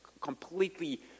completely